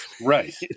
right